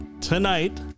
tonight